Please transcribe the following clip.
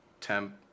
temp